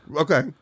okay